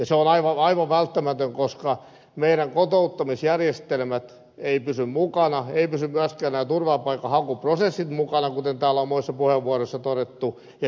se on aivan välttämätön koska meidän kotouttamisjärjestelmämme eivät pysy mukana eivätkä pysy myöskään nämä turvapaikanhakuprosessit mukana kuten täällä on monessa puheenvuorossa todettu